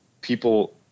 people